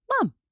mom